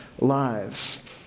lives